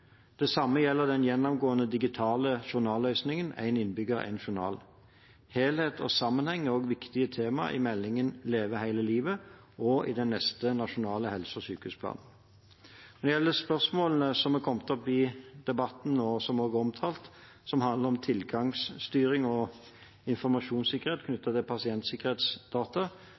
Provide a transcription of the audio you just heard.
Det samme gjelder den gjennomgående digitale journalløsningen Én innbygger – én journal. Helhet og sammenheng er også viktige tema i meldingen Leve hele livet og i den neste nasjonale helse- og sykeshusplanen. Når det gjelder spørsmålene som er kommet opp i debatten, og som også er omtalt, som handler om tilgangsstyring og informasjonssikkerhet knyttet til pasientsikkerhetsdata,